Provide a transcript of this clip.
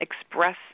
express